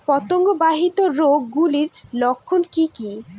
পতঙ্গ বাহিত রোগ গুলির লক্ষণ কি কি?